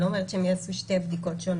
אני לא אומרת שהם יעשו שתי בדיקות שונות.